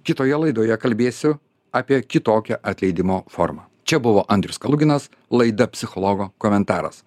kitoje laidoje kalbėsiu apie kitokią atleidimo formą čia buvo andrius kaluginas laida psichologo komentaras